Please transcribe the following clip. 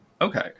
Okay